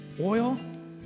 oil